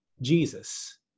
Jesus